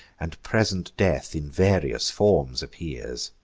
and present death in various forms appears.